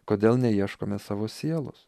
kodėl neieškome savo sielos